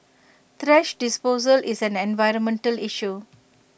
thrash disposal is an environmental issue